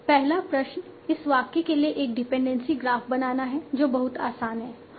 पहला प्रश्न इस वाक्य के लिए एक डिपेंडेंसी ग्राफ बनाना है जो बहुत आसान है हाँ